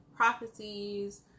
prophecies